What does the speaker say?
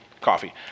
coffee